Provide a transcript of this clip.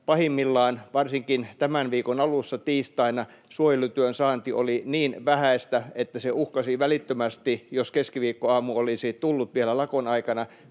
pahimmillaan, varsinkin tämän viikon alussa tiistaina, suojelutyön saanti oli niin vähäistä, että se uhkasi välittömästi — jos keskiviikkoaamu olisi tullut vielä lakon aikana